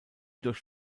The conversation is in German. durch